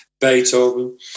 Beethoven